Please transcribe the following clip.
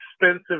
expensive